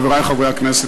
חברי חברי הכנסת,